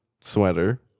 sweater